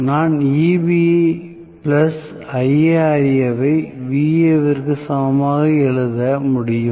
நான் Eb plus IaRa வை Va விற்கு சமமாக எழுத முடியும்